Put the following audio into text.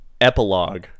Epilogue